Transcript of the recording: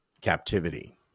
captivity